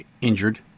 injured